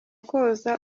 koza